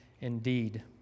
indeed